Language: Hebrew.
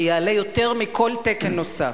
שיעלה יותר מכל תקן נוסף.